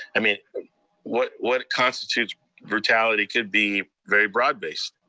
i mean what what constitutes brutality could be very broad based.